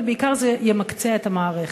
אבל בעיקר זה ימקצע את המערכת.